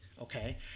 okay